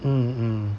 hmm hmm